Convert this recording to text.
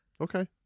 Okay